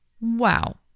wow